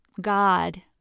God